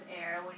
air